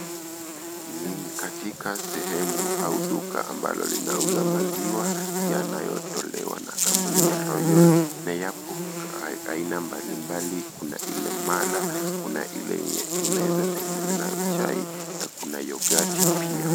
Ni katika sehemu au duka ambalo linauza maziwa yanayotolewa na kampuni ya Royal na iyapo aina mbali mbali kuna ile mala, kuna ile yenye unaweza tengeneza nayo chai, na kuna yoghurt pia.